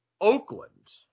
Oakland